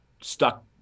stuck